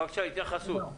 בבקשה, התייחסות.